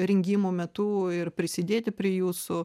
rengimo metu ir prisidėti prie jūsų